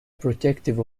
protective